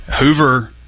Hoover